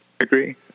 agree